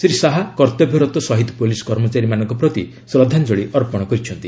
ଶ୍ରୀ ଶାହା କର୍ତ୍ତବ୍ୟରତ ଶହୀଦ ପୋଲିସ୍ କର୍ମଚାରୀମାନଙ୍କ ପ୍ରତି ଶ୍ରଦ୍ଧାଞ୍ଜଳି ଅର୍ପଣ କରିଛନ୍ତି